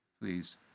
please